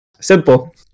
Simple